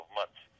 months